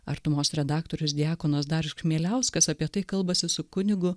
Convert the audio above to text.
artumos redaktorius diakonas darius chmieliauskas apie tai kalbasi su kunigu